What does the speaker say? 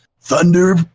Thunder